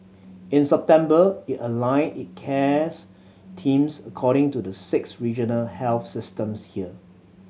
in September it aligned it cares teams according to the six regional health systems here